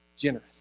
generous